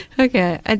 Okay